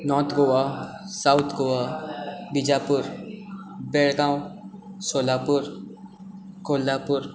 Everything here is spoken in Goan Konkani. north Goa south Goa Bijapur Belgaum Solapur Kolhapur